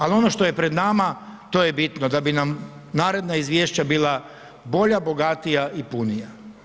Ali ono što je pred nama to je bitno, da bi nam naredna izvješća bila bolja, bogatija i punija.